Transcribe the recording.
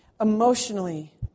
emotionally